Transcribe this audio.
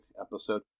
episode